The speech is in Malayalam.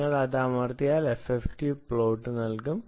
നിങ്ങൾ അത് അമർത്തിയാൽ ഈ എഫ്എഫ്ടി പ്ലോട്ട് നൽകും